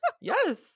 yes